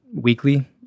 weekly